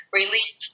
release